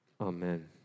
Amen